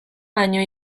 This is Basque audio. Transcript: baino